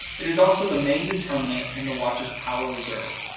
it is also the main determinant in the watch's power reserve.